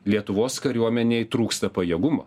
lietuvos kariuomenei trūksta pajėgumo